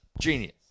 Genius